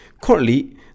Currently